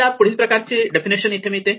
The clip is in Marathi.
आपल्याला पुढील प्रकारचे डेफिनेशन येथे मिळते